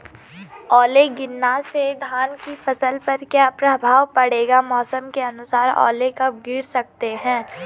ओले गिरना से धान की फसल पर क्या प्रभाव पड़ेगा मौसम के अनुसार ओले कब गिर सकते हैं?